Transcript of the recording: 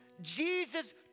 Jesus